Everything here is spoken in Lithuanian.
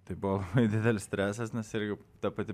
tai buvo didelis stresas nes irgi ta pati